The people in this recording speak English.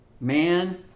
Man